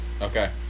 Okay